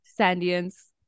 Sandians